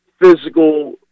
physical